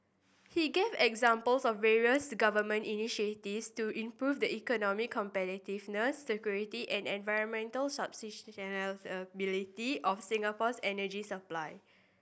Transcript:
he gave examples of various Government initiatives to improve the economic competitiveness security and environmental of Singapore's energy supply